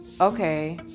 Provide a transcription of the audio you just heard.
okay